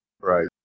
Right